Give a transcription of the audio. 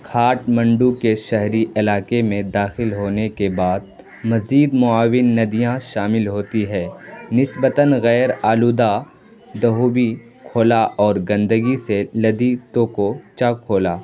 کھاٹمنڈو کے شہری علاقے میں داخل ہونے کے بعد مزید معاون ندیاں شامل ہوتی ہیں نسبتاً غیر آلودہ دھوبی کھولا اور گندگی سے لدی توکوچاکھولا